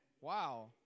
Wow